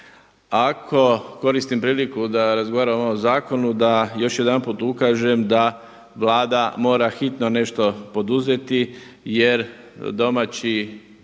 Ako, koristim priliku da razgovaram o ovom zakonu da još jedanput ukažem da Vlada mora hitno nešto poduzeti jer domaći